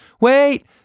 Wait